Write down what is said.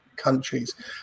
countries